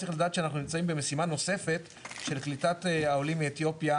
צריך לדעת שאנחנו נמצאים במשימה נוספת של קליטת העולים מאתיופיה,